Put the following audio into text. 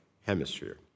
hemisphere